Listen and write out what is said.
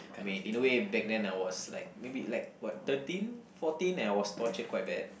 I mean in a way back then I was like maybe like what thirteen fourteen and I was tortured quite bad